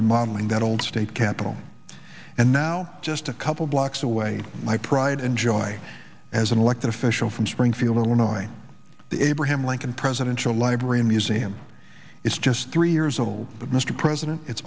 remodeling that old state capitol and now just a couple blocks away my pride and joy as an elected official from springfield illinois the abraham lincoln presidential library museum is just three years old but mr president it's